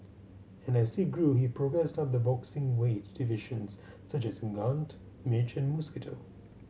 and as he grew he progressed up the boxing weight divisions such as gnat midge and mosquito